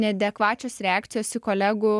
neadekvačios reakcijos į kolegų